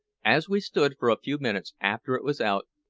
as we stood for a few minutes after it was out,